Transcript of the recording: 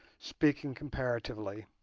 speaking comparatively,